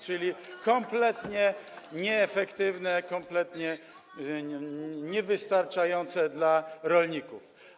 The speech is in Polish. Czyli było to kompletnie nieefektywne, kompletnie niewystarczające dla rolników.